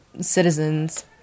citizens